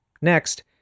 Next